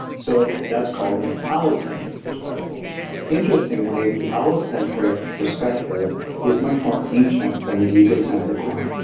so that's called an allocentric perspective interestingly, the allocentric perspective is much more ancient than the egocentric one.